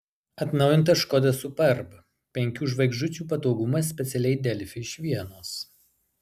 atnaujintas škoda superb penkių žvaigždučių patogumas specialiai delfi iš vienos